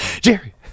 Jerry